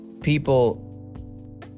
People